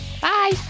Bye